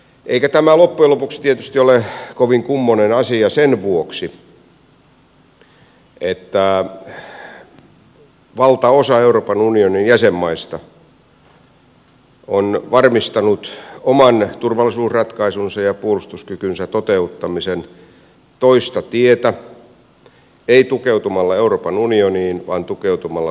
eikä tämä loppujen lopuksi tietysti ole kovin kummoinen asia sen vuoksi että valtaosa euroopan unionin jäsenmaista on varmistanut oman turvallisuusratkaisunsa ja puolustuskykynsä toteuttamisen toista tietä ei tukeutumalla euroopan unioniin vaan tukeutumalla sotilasliitto natoon